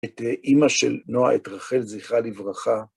את אימא של נועה, את רחל, זכרה לברכה.